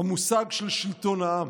המושג של שלטון העם.